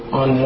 on